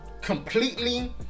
completely